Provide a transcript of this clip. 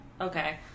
Okay